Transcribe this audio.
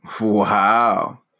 Wow